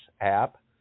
app